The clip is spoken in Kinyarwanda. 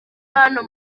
hano